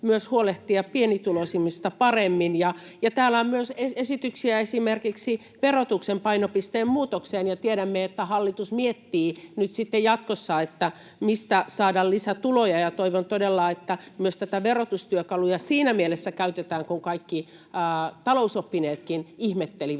myös huolehtia pienituloisimmista paremmin. Täällä on myös esityksiä esimerkiksi verotuksen painopisteen muutoksesta, ja tiedämme, että hallitus miettii nyt sitten jatkossa, mistä saada lisätuloja. Toivon todella, että myös näitä verotustyökaluja siinä mielessä käytetään, kun kaikki talousoppineetkin ihmettelivät,